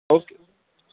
okay